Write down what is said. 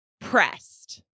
Pressed